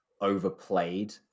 overplayed